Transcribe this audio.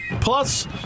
Plus